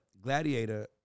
Gladiator